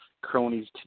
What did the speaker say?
cronies